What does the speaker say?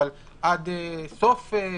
אבל עד סוף 2021,